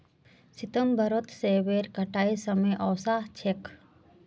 सितंबरत सेबेर कटाईर समय वसा छेक